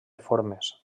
formes